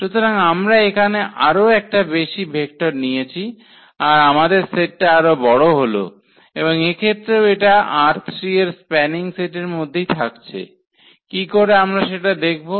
সুতরাং আমরা এখানে আরও একটা বেশি ভেক্টর নিয়েছি আর আমাদের সেটটা আরো বড় হল এবং এক্ষেত্রেও এটা ℝ3 এর স্প্যানিং সেটের মধ্যেই থাকছে কি করে আমরা সেটা দেখব